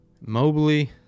Mobley